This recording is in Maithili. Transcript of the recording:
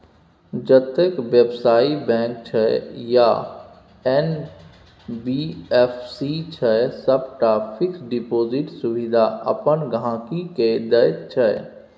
जतेक बेबसायी बैंक छै या एन.बी.एफ.सी छै सबटा फिक्स डिपोजिटक सुविधा अपन गांहिकी केँ दैत छै